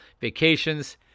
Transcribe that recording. vacations